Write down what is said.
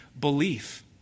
belief